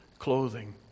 Clothing